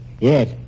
Yes